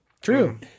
True